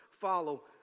follow